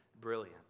brilliant